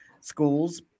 schools